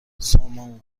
سامان